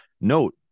Note